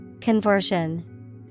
Conversion